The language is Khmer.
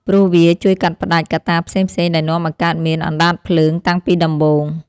ព្រោះវាជួយកាត់ផ្ដាច់កត្តាផ្សេងៗដែលនាំឱ្យកើតមានអណ្ដាតភ្លើងតាំងពីដំបូង។